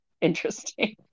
interesting